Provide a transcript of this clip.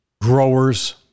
growers